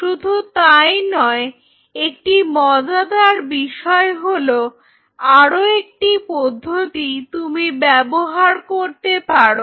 শুধু তাই নয় একটি মজাদার বিষয় হল আরও একটি পদ্ধতি তুমি ব্যবহার করতে পারো